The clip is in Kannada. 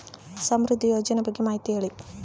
ಸಮೃದ್ಧಿ ಯೋಜನೆ ಬಗ್ಗೆ ಮಾಹಿತಿ ಹೇಳಿ?